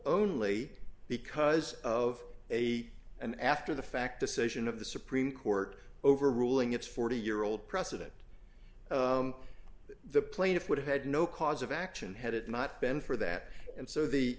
only because of a an after the fact decision of the supreme court overruling its forty year old precedent that the plaintiff would have had no cause of action had it not been for that and so the